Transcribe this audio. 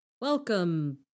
Welcome